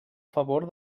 favor